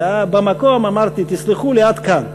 במקום אמרתי: תסלחו לי, עד כאן,